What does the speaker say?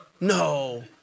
No